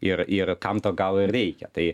ir ir kam to gal ir reikia tai